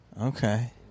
Okay